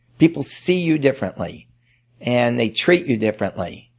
people see you differently and they treat you differently.